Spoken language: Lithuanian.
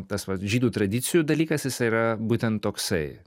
tas vat žydų tradicijų dalykas jisai yra būtent toksai